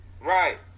Right